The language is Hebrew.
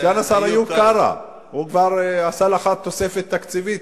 סגן השר איוב קרא, הוא כבר עשה לך תוספת תקציבית.